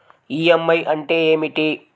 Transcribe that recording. EMI అంటే ఏమిటి?